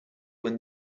when